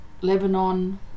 Lebanon